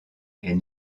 est